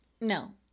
No